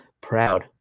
proud